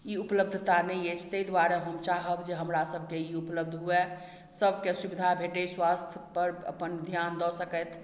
उपलब्धता नहि अछि ताहि दुआरे हम चाहब जे हमरा सबके ई उपलब्ध हुए सबके सुविधा भेटै स्वास्थ पर अपन ध्यान दऽ सकथि